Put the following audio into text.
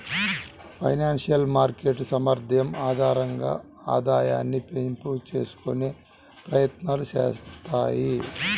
financial market సామర్థ్యం ఆధారంగా ఆదాయాన్ని పెంపు చేసుకునే ప్రయత్నాలు చేత్తాయి